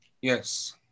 Yes